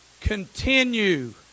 Continue